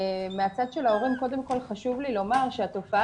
מהצד של ההורים קודם כל חשוב לי לומר שהתופעה